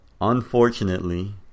Unfortunately